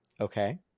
Okay